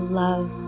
love